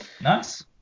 Nice